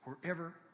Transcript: wherever